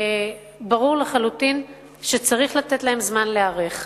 ברור לחלוטין שצריך לתת להם זמן להיערך.